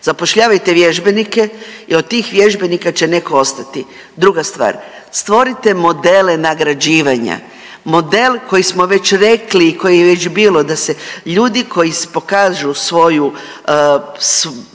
Zapošljavajte vježbenike i od tih vježbenika će neko ostati. Druga stvar, stvorite modele nagrađivanja, model koji smo već rekli i koji je već bilo da se ljudi koji pokažu svoju